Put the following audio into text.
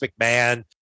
McMahon